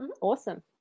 Awesome